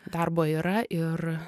darbo yra ir